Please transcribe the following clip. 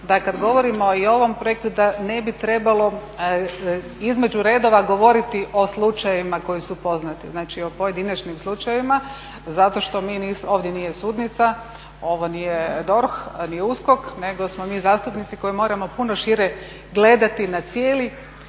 da kad govorimo i o ovom projektu da ne bi trebalo između redova govoriti o slučajevima koji su poznati, znači o pojedinačnim slučajevima, zato što ovdje nije sudnica, ovo nije DORH ni USKOK, nego smo mi zastupnici koji moramo puno šire gledati na cijeli